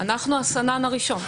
אנחנו הסנן הראשון.